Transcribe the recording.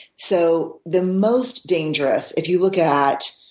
so the most dangerous if you look at